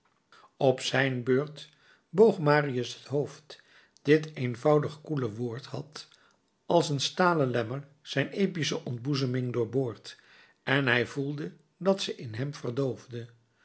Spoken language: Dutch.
op zijn beurt boog marius het hoofd dit eenvoudig koele woord had als een stalen lemmer zijn epische ontboezeming doorboord en hij voelde dat ze in hem verdoofde